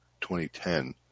2010